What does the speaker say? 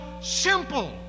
simple